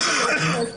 וזה לא קורה כעת.